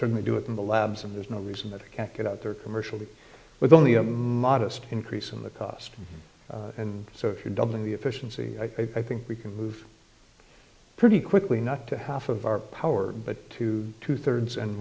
certainly do it in the labs and there's no reason that it can't get out there commercially with only a modest increase in the cost and so if you're doubling the efficiency i think we can move pretty quickly not to half of our power but to two thirds and